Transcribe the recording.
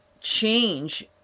change